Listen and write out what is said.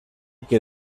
que